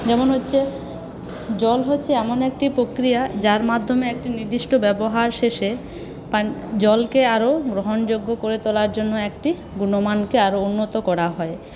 যেমন হচ্ছে জল হচ্ছে এমন একটি প্রক্রিয়া যার মাধ্যমে একটি নির্দিষ্ট ব্যবহার শেষে জলকে আরও গ্রহণযোগ্য করে তোলার জন্য একটি গুণমানকে আরও উন্নত করা হয়